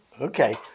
Okay